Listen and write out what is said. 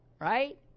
right